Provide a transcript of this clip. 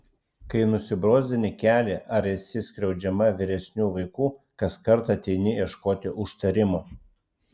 kai nusibrozdini kelį ar esi skriaudžiama vyresnių vaikų kaskart ateini ieškoti užtarimo